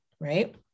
right